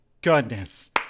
goodness